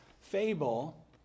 fable